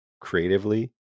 creatively